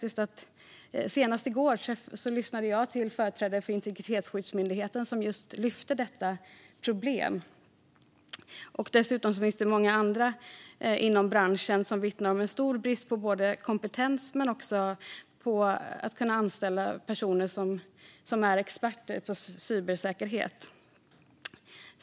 Senast i går lyssnade jag till företrädare för Integritetsskyddsmyndigheten som lyfte detta problem. Dessutom vittnar många andra inom branschen om att det är en stor brist på kompetens och att det är svårt att anställa personer som är experter på cybersäkerhet.